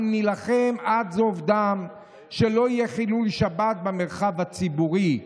אנחנו נילחם עד זוב דם שלא יהיה חילול שבת במרחב הציבורי.